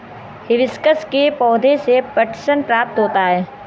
hibiscus के पौधे से पटसन प्राप्त होता है